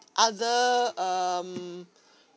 other um